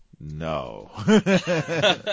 No